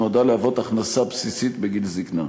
שנועדה להוות הכנסה בסיסית בגיל זיקנה.